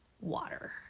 water